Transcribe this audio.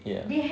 ya